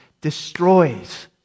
destroys